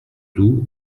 doux